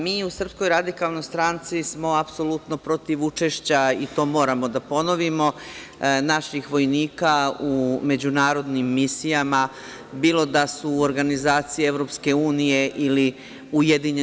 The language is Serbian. Mi, u SRS, smo apsolutno protiv učešća, i to moramo da ponovimo, naših vojnika u međunarodnim misijama bilo da su u organizaciji EU ili UN.